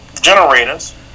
generators